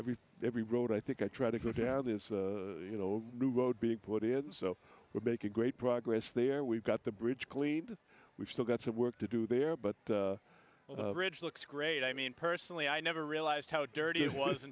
every every road i think i try to go down this you know new road being put in so we're making great progress there we've got the bridge cleaned we've still got some work to do there but the bridge looks great i mean personally i never realized how dirty it was